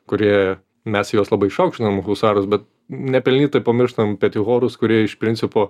kurie mes juos labai išaukštinam husarus bet nepelnytai pamirštam petihorus kurie iš principo